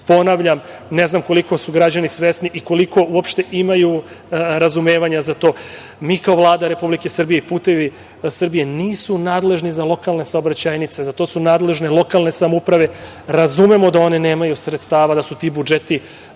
ponavljam, ne znam koliko su građani svesni i koliko uopšte imaju razumevanja za to. Mi kao Vlada Republike Srbije i „Putevi Srbije“ nisu nadležni za lokalne saobraćajnice, za to su nadležne lokalne samouprave. Razumemo da one nemaju sredstava, da su ti budžeti vrlo